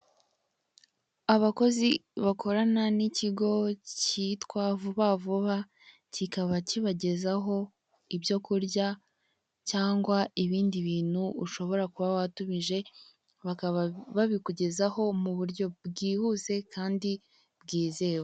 Abakozi bakorana n' ikigo kitwa vuba vuba, kikaba kibagezaho ibyo kurya cyangwa ibindi bintu ushobora kuba watumije, bakaba babikugezaho muburyo bwihuse Kandi bwizewe.